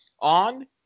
on